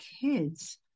kids